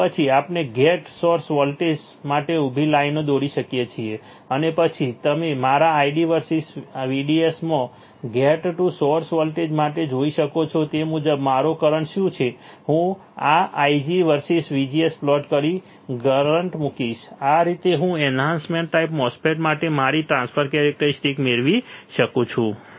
અને પછી આપણે ગેટ સોર્સ વોલ્ટેજ માટે ઉભી લાઈનો દોરી શકીએ છીએ અને પછી તમે મારા ID વર્સીસ VDS માં ગેટ ટુ સોર્સ વોલ્ટેજ માટે જોઈ શકો છો તે મુજબ મારો કરંટ શું છે હું મારા Ig વર્સીસ VGS પ્લોટમાં કરંટ મૂકીશ આ રીતે હું એન્હાન્સમેન્ટ ટાઈપ MOSFET માટે મારી ટ્રાન્સફર કેરેક્ટરીસ્ટિક્સ મેળવી શકું છું